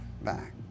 back